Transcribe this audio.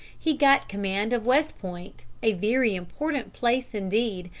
he got command of west point, a very important place indeed,